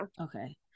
okay